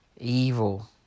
evil